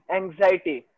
anxiety